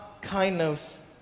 kindness